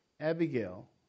Abigail